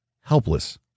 helpless